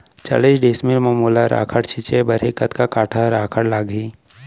चालीस डिसमिल म मोला राखड़ छिंचे बर हे कतका काठा राखड़ लागही?